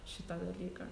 šitą dalyką